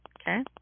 okay